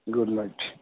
good night